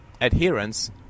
adherence